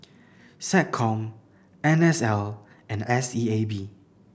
SecCom N S L and S E A B